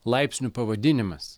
laipsnių pavadinimas